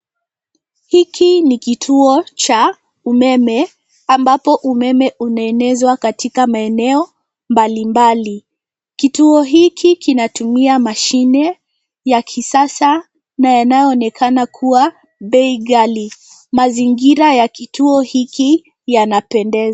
Hiki ni kituo cha umeme ambapo umeme unaenezwa katika maeneo mbalimbali. Kituo hiki kinatumia mashine ya kisasa na yanayoonekana kuwa bei ghali. Mazingira ya kituo hiki yanapendeza.